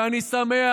ואני שמח.